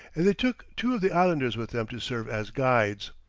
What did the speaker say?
and they took two of the islanders with them to serve as guides.